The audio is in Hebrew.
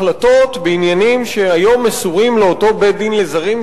החלטות בעניינים שהיום מבקשים למסור לאותו בית-דין לזרים,